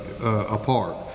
apart